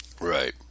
Right